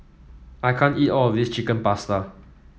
I can't eat all of this Chicken Pasta